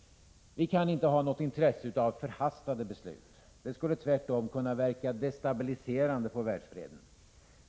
Vi kan inte ha något intresse av förhastade beslut. Det skulle tvärtom kunna verka destabiliserande på världsfreden.